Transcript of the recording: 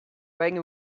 wearing